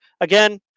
Again